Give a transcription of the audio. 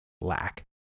lack